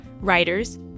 writers